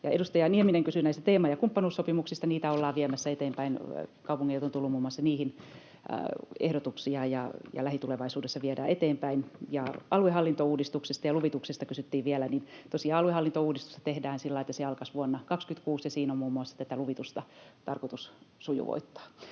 Edustaja Nieminen kysyi näistä teema- ja kumppanuussopimuksista. Niitä ollaan viemässä eteenpäin. Kaupungeilta on tullut muun muassa niihin ehdotuksia, ja lähitulevaisuudessa niitä viedään eteenpäin. Aluehallintouudistuksesta ja luvituksesta kysyttiin vielä. Tosiaan aluehallintouudistusta tehdään sillä lailla, että se alkaisi vuonna 26, ja siinä on muassa tätä luvitusta tarkoitus sujuvoittaa.